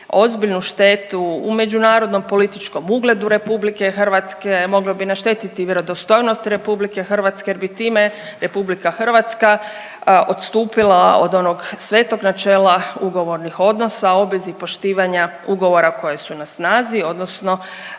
ozbiljnu štetu u međunarodnom političkom ugledu Republike Hrvatske, moglo bi naštetiti vjerodostojnost Republike Hrvatske, jer bi time Republika Hrvatska odstupila od onog svetog načela ugovornih odnosa o obvezi poštivanja ugovora koji su na snazi, odnosno